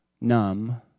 numb